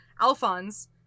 Alphonse